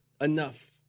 enough